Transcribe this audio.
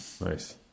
Nice